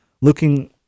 looking